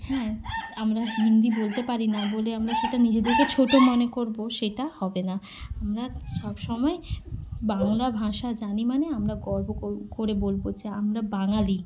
হ্যাঁ আমরা হিন্দি বলতে পারি না বলে আমরা সেটা নিজেদেরকে ছোটো মনে করবো সেটা হবে না আমরা সব সময় বাংলা ভাষা জানি মানে আমরা গর্ব করে বলবো যে আমরা বাঙালি